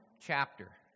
chapter